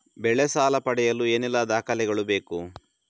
ಬೆಳೆ ಸಾಲ ಪಡೆಯಲು ಏನೆಲ್ಲಾ ದಾಖಲೆಗಳು ಬೇಕು?